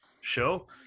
show